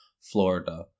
Florida